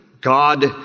god